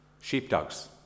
sheepdogs